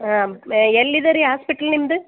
ಆಂ ಎಲ್ಲಿದೇರಿ ಹಾಸ್ಪಿಟ್ಲ್ ನಿಮ್ಮದು